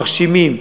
מרשימים.